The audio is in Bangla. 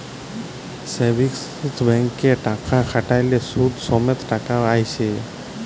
সেভিংস ব্যাংকে টাকা খ্যাট্যাইলে সুদ সমেত টাকা আইসে